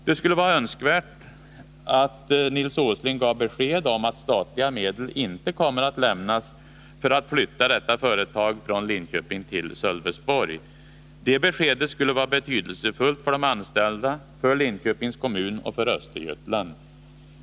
Det skulle vara önskvärt att Nils Åsling gav besked om att statliga medel inte kommer att lämnas för att flytta detta företag från Linköping till Sölvesborg. Det beskedet skulle vara betydelsefullt för de anställda, för Linköpings kommun och för Östergötland.